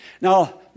Now